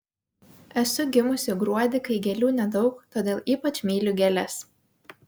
esu gimusi gruodį kai gėlių nedaug todėl ypač myliu gėles